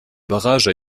barrage